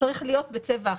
צריך להיות בצבע אחיד.